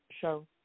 show